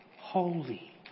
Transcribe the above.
holy